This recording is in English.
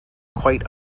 quite